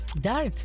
dart